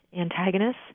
antagonists